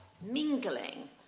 mingling